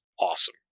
awesome